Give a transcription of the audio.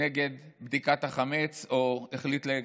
נגד בדיקת החמץ, או החליט לגלגל,